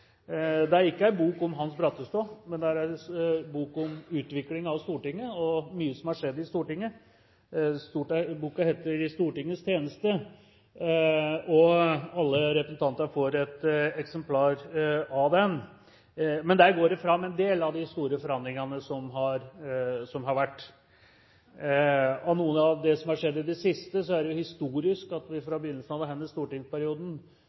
Der går det fram en del av de store forandringene som har vært. Av noe av det som har skjedd i det siste, er det jo historisk at vi fra begynnelsen av denne stortingsperioden